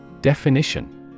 Definition